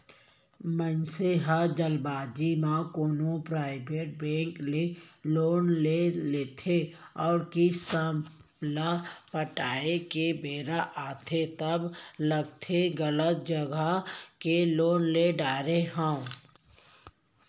मनसे ह जल्दबाजी म कोनो पराइबेट बेंक ले लोन ले लेथे अउ किस्त ल पटाए के बेरा आथे तब लगथे के गलत जघा ले लोन ले डारे हँव